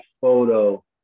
photo